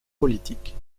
politiques